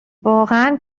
واقعا